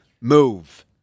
Move